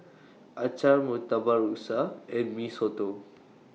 Acar Murtabak Rusa and Mee Soto